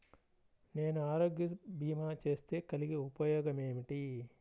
నేను ఆరోగ్య భీమా చేస్తే కలిగే ఉపయోగమేమిటీ?